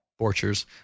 Borchers